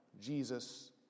Jesus